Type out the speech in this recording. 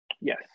Yes